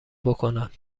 بکنند